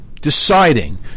deciding